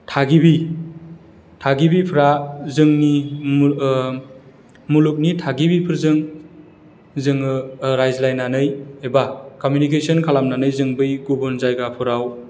थागिबि थागिबिफ्रा जोंनि मुलुगनि थागिबिफोरजों जोङो रायज्लायनानै एबा कमिउनिकेसन खालामनानै जों बै गुबुन जायगाफोराव